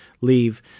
leave